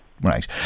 Right